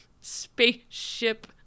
spaceship